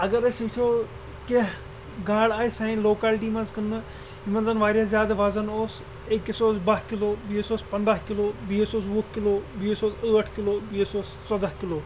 اَگر أسۍ وٕچھو کیٚنٛہہ گاڈٕ آیہِ سانہِ لوکیلٹی منٛز کٕنٛنہٕ یِمَن زَن واریاہ زیادٕ وَزَن اوس أکِس اوس بَہہ کِلوٗ بیٚیِس اوس پَنداہ کِلوٗ بیٚیِس اوس وُہ کِلوٗ بیٚیِس اوس ٲٹھ کِلوٗ بیٚیِس اوس ژۄداہ کِلوٗ